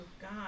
God